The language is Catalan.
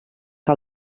que